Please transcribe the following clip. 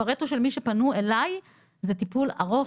הפארטו של מי שפנו אליי זה טיפול ארוך,